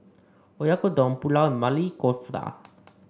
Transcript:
Oyakodon Pulao and Maili Kofta